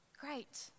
Great